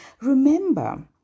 Remember